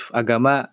agama